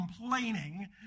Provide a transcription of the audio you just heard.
complaining